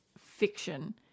fiction